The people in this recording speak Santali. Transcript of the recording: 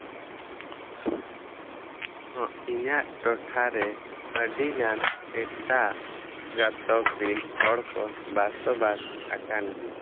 ᱦᱮᱸ ᱤᱧᱟᱹᱜ ᱴᱚᱴᱷᱟ ᱨᱮ ᱟᱹᱰᱤ ᱜᱟᱱ ᱮᱴᱟᱜ ᱜᱟᱛᱚᱠ ᱨᱮᱱ ᱦᱚᱲ ᱠᱚ ᱵᱟᱥᱚᱵᱟᱥ ᱟᱠᱟᱱ ᱜᱮᱭᱟ